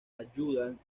ayudan